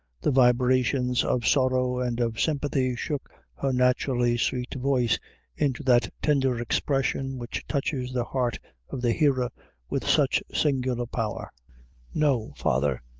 the vibrations of sorrow and of sympathy shook her naturally sweet voice into that tender expression which touches the heart of the hearer with such singular power no, father,